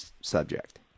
subject